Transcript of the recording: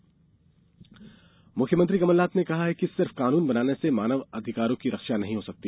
मुख्यमंत्री मुख्यमंत्री कमल नाथ ने कहा है कि सिर्फ कानून बनाने से मानव अधिकारों की रक्षा नहीं हो सकती